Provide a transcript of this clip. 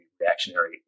reactionary